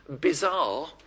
Bizarre